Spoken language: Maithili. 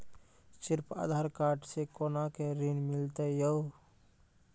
सिर्फ आधार कार्ड से कोना के ऋण मिलते यो?